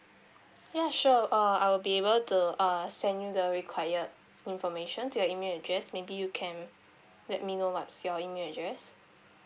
ya sure uh I will be able to uh send you the required information to your email address maybe you can let me know what's your email address